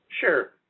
Sure